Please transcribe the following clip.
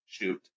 Shoot